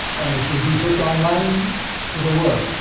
and it will be put online to the world,